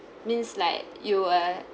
means like you uh